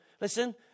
listen